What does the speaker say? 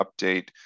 update